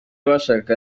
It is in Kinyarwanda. bashakaga